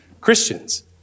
Christians